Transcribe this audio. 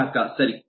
ಗ್ರಾಹಕ ಸರಿ